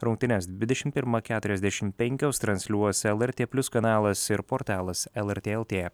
rungtynes dvidešim pirmą keturiasdešim penkios transliuos lrt plius kanalas ir portalas lrt lt